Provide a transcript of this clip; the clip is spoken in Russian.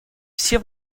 все